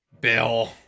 Bill